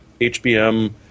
HBM